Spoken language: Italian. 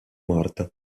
morto